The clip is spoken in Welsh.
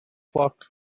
cloc